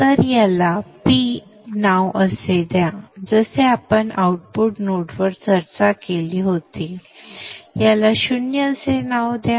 तर याला p असे नाव द्या जसे आपण आउटपुट नोडवर चर्चा केली होती याला o असे नाव द्या